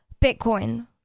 bitcoin